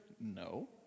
No